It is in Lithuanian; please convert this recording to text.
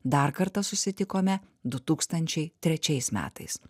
dar kartą susitikome du tūkstančiai trečiais metais